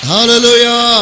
Hallelujah